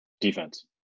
Defense